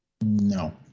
No